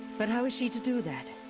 but how is she to do that?